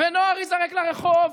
ונוער ייזרק לרחוב,